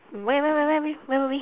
where where where we where were we